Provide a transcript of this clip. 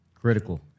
critical